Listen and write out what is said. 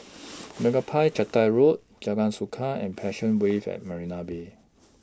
Meyappa Chettiar Road Jalan Suka and Passion Wave At Marina Bay